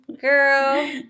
girl